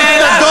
מה אתה אומר?